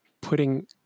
putting